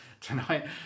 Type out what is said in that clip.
tonight